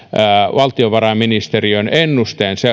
valtiovarainministeriön ennusteen